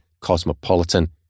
cosmopolitan